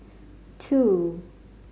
two